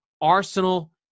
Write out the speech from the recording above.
Arsenal